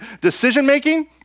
decision-making